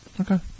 Okay